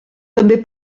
també